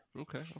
Okay